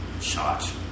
shot